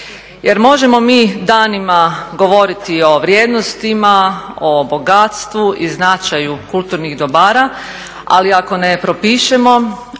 Jer možemo mi danima govoriti o vrijednostima, o bogatstvu i značaju kulturnih dobara ali ako ne propišemo,